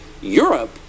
Europe